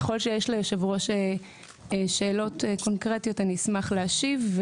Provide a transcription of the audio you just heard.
ככל שיש ליושב הראש שאלות קונקרטיות אני אשמח להשיב,